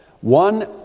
one